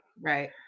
Right